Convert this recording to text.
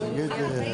אני מחדש את הישיבה.